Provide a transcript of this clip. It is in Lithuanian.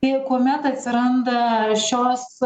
ir kuomet atsiranda šios